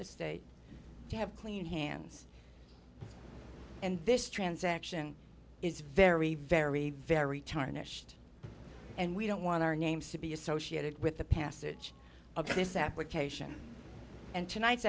the state to have clean hands and this transaction is very very very tarnished and we don't want our names to be associated with the passage of this application and tonight's